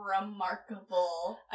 remarkable